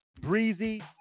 Breezy